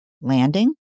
Landing